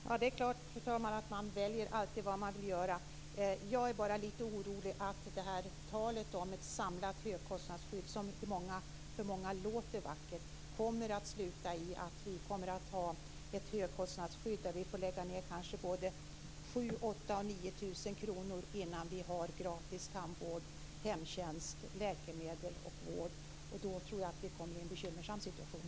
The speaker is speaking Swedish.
Fru talman! Det är klart att man alltid väljer vad man vill göra. Jag är bara lite orolig för att talet om ett samlat högkostnadsskydd, som för många låter vackert, kommer att leda till ett högkostnadsskydd där vi får lägga ut kanske 7 000 kr-10 000 kr innan vi får gratis tandvård, hemtjänst, läkemedel och vård. Jag tror att vi då kommer i en bekymmersam situation.